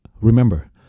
remember